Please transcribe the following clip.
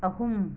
ꯑꯍꯨꯝ